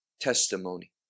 testimony